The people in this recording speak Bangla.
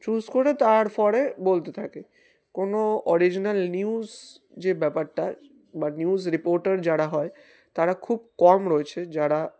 চুজ করে তার ফরে বলতে থাকে কোনো অরিজিনাল নিউজ যে ব্যাপারটা বা নিউজ রিপোর্টার যারা হয় তারা খুব কম রয়েছে যারা